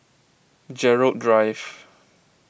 Gerald Drive